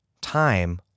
time